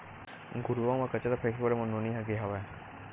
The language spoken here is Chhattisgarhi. घुरूवा म कचरा फेंके बर मोर नोनी ह गे हावय